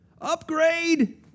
Upgrade